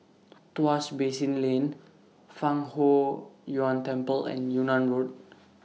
Tuas Basin Lane Fang Huo Yuan Temple and Yunnan Road